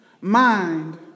Mind